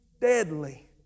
deadly